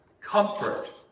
Comfort